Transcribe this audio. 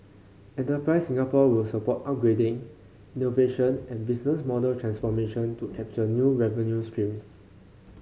enterprise Singapore will support upgrading innovation and business model transformation to capture new revenue streams